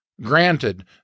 Granted